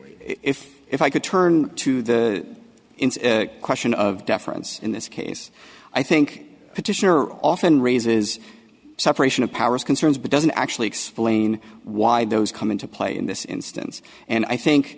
if if i could turn to the question of deference in this case i think petitioner often raises separation of powers concerns but doesn't actually explain why those come into play in this instance and i think